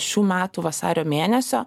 šių metų vasario mėnesio